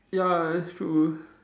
ya that's true